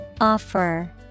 Offer